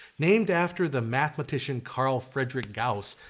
named after the mathematician carl friedrich gauss.